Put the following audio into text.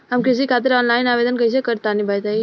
हम कृषि खातिर आनलाइन आवेदन कइसे करि तनि बताई?